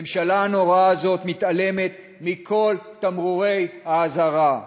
הממשלה הנוראה הזאת מתעלמת מכל תמרורי האזהרה,